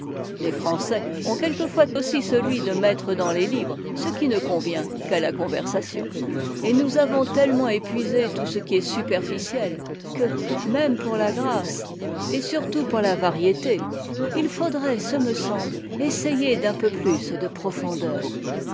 les français ont quelquefois aussi celui de mettre dans les livres ce qui ne convient qu'à la conversation et nous avons tellement épuisé tout ce qui est superficiel què même pour la grâce et surtout pour la variété il faudrait ce me semble essayer d'un peu plus de profondeur